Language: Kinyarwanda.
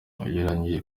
ugereranije